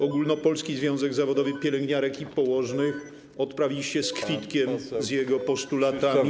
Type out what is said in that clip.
Ogólnopolski Związek Zawodowy Pielęgniarek i Położnych odprawiliście z kwitkiem z jego postulatami.